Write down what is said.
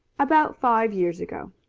about five years ago.